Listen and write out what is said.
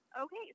Okay